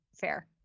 Fair